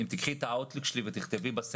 אם תיקחי את האאוטלוק שלי ותכתבי בדואר